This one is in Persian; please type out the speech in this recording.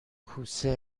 کوسه